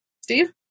Steve